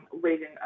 raising